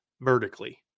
vertically